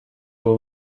will